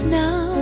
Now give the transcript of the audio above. now